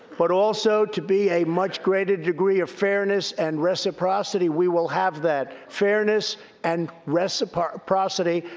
but also to be a much greater degree of fairness and reciprocity. we will have that fairness and reciprocity.